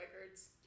records